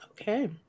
Okay